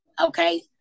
Okay